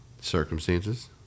Circumstances